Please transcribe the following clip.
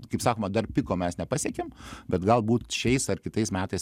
kaip sakoma dar piko mes nepasiekėm bet galbūt šiais ar kitais metais